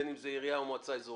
בין אם זו עיריה או מועצה אזורית.